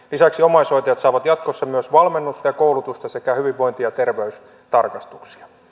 lisäksi omaishoitajat saavat jatkossa myös valmennusta ja koulutusta sekä hyvinvointi ja terveystarkastuksia